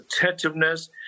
attentiveness